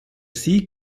sieg